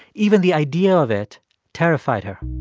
even the idea of it terrified her